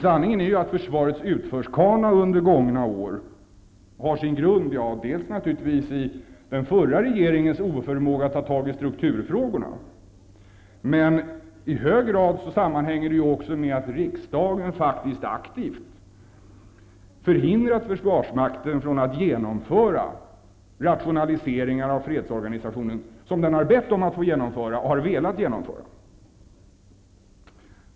Sanningen är att försvarets utförskana under gångna år har sin grund dels i den förra regeringens oförmåga att ta tag i strukturfrågorna, dels också i hög grad i att riksdagen faktiskt aktivt hindrat försvarsmakten från att genomföra nödvändiga rationaliseringar av fredsorganisationen som den har bett om att få genomföra och har velat genomföra.